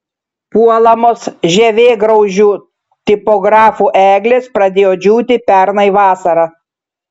puolamos žievėgraužių tipografų eglės pradėjo džiūti pernai vasarą